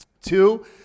Two